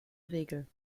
regel